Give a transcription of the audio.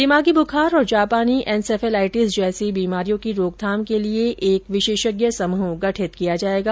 दिमागी बुखार और जापानी एनसेफेलाइटिस जैसी बीमारियों की रोकथाम के लिए एक विशेषज्ञ समूह गठित किया जाएगा